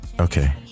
okay